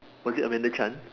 we will get Amanda Chan